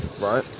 right